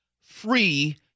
free